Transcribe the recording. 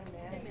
Amen